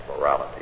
morality